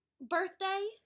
birthday